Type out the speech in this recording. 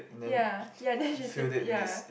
ya ya then she spit ya